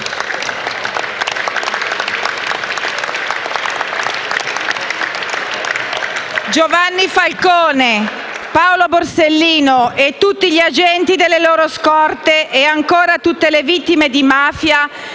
Giovanni Falcone, Paolo Borsellino, tutti gli agenti delle loro scorte, e tutte le vittime della mafia